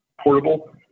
portable